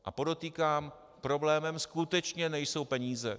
A podotýkám, problémem skutečně nejsou peníze.